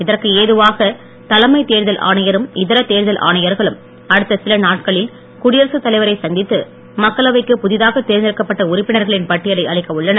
இதற்கு ஏதுவாக தலைமை தேர்தல் ஆணையரும் இதர தேர்தல் ஆணையர்களும் அடுத்த சில நாட்களில் தலைவரைச் மக்களவைக்கு குடியரசுத் சந்தித்து புதிதாக தேர்ந்தெடுக்கப்பட்ட உறுப்பினர்களின் பட்டியலை அளிக்க உள்ளனர்